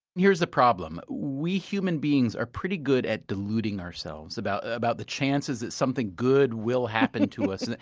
here's the problem we human beings are pretty good at deluding ourselves about about the chances that something good will happen to us. and and